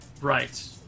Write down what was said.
Right